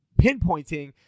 pinpointing